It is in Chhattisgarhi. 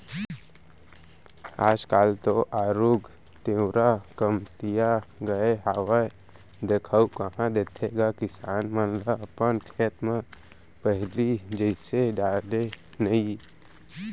आज काल तो आरूग तिंवरा कमतिया गय हावय देखाउ कहॉं देथे गा किसान मन ह अपन खेत म पहिली जइसे डाले नइ